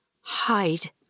Hide